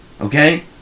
Okay